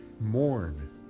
mourn